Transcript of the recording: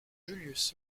julius